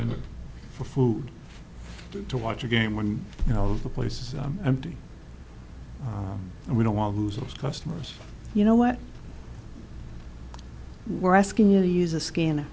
in for food to watch a game when you know the place empty and we don't want to lose customers you know what we're asking you to use a scanner